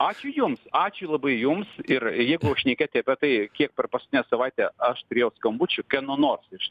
ačiū jums ačiū labai jums ir jeigu šnekėti apie tai kiek per paskutinę savaitę aš turėjau skambučių kieno nors iš